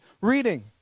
reading